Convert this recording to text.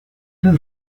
peut